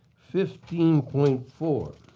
fifteen point four,